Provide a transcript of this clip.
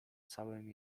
całym